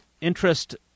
interest